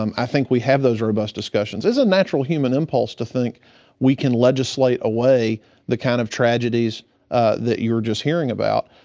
um i think we have those robust discussions. it's a natural human impulse to think we can legislate away the kind of tragedies that you're hearing about.